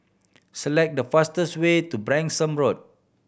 select the fastest way to Branksome Road